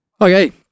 Okay